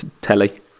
telly